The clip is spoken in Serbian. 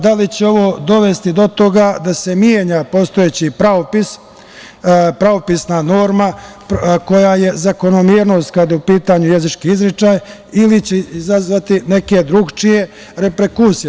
Da li će ovo dovesti do toga da se menja postojeći pravopis, pravopisna norma koja je zakonomernost kada je u pitanju jezički izgovor ili će izazvati neke drugačije reperkusije?